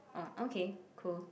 orh okay cool